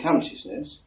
consciousness